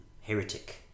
heretic